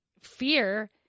fear